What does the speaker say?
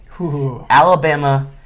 Alabama